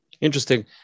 Interesting